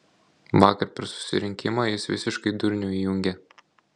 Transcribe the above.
vakar per susirinkimą jis visiškai durnių įjungė